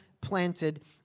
planted